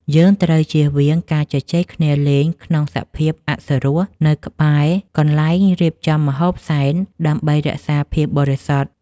យើងត្រូវជៀសវាងការជជែកគ្នាលេងក្នុងសភាពអសុរោះនៅក្បែរកន្លែងរៀបចំម្ហូបសែនដើម្បីរក្សាភាពបរិសុទ្ធ។